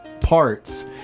parts